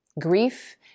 grief